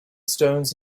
stones